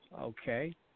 Okay